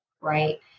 right